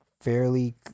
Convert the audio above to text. fairly